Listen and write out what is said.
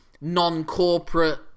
non-corporate